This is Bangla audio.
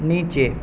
নিচে